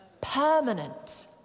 permanent